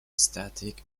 static